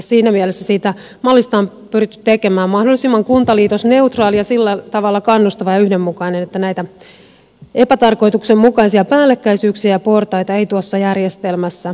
siinä mielessä siitä mallista on pyritty tekemään mahdollisimman kuntaliitosneutraali ja sillä tavalla kannustava ja yhdenmukainen että näitä epätarkoituksenmukaisia päällekkäisyyksiä ja portaita ei tuossa järjestelmässä olisi